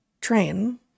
train